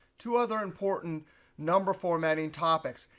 two other important number formatting topics.